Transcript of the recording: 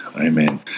Amen